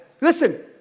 Listen